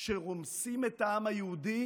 וכשרומסים את העם היהודי